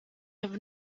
have